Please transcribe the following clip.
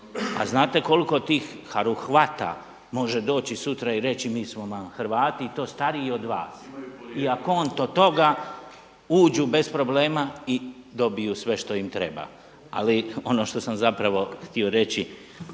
A znate koliko tih Haruhvata može doći sutra i reći mi smo vam Hrvati i to stariji od vas i na konto toga uđu bez problema i dobiju sve što im treba. Ali ono što sam zapravo htio reći,